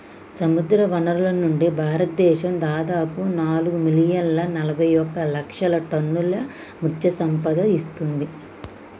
సముద్రవనరుల నుండి, భారతదేశం దాదాపు నాలుగు మిలియన్ల నలబైఒక లక్షల టన్నుల మత్ససంపద ఇస్తుంది